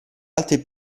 altri